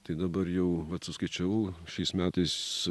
tai dabar jau vat suskaičiavau šiais metais